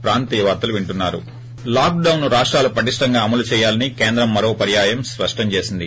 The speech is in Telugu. బ్రేక్ లాక్ డొన్ను రాష్టాలు పటిష్టంగా అమలు చేయాలని కేంద్రం మరో పర్యాయం స్పష్టం చేసింది